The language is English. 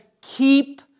keep